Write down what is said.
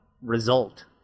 result